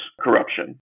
corruption